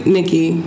Nikki